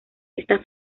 está